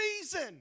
reason